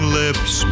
lips